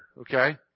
okay